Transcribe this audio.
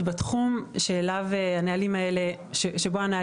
בתחום בו עוסקים הנהלים האלה.